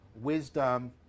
wisdom